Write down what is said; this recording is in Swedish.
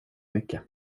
mycket